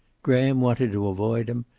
graham wanted to avoid him,